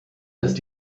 ist